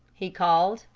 he called,